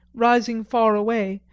rising far away,